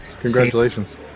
Congratulations